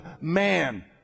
man